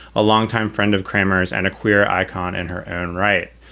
a longtime friend of kramer's and a queer icon in her own right.